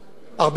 הרבה ארנונה?